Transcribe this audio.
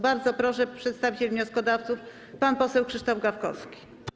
Bardzo proszę, przedstawiciel wnioskodawców pan poseł Krzysztof Gawkowski.